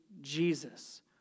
Jesus